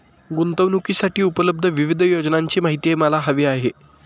गुंतवणूकीसाठी उपलब्ध विविध योजनांची माहिती मला हवी आहे